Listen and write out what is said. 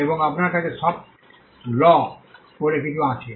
এবং আপনার কাছে সফট ল বলে কিছু আছে